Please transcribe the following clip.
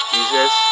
Jesus